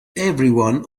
everyone